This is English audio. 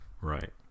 right